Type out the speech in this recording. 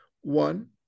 One